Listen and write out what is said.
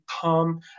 come